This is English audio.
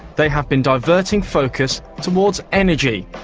they have been diverting focus towards energy,